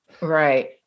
Right